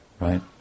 right